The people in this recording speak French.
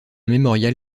mémorial